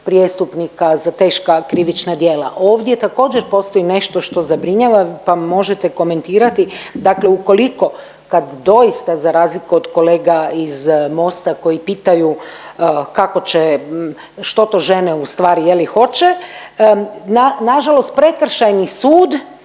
prijestupnika za teška krivična djela. Ovdje također postoji nešto što zabrinjava pa možete komentirati. Dakle ukoliko kad doista za razliku od kolega iz Mosta koji pitaju kako će, što to žene u stvari je li, hoće. Nažalost Prekršajni sud